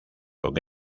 con